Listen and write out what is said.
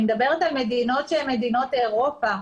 אני מדברת על מדינות שהן מדינות אירופה,